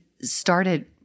started